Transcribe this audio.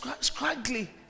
scraggly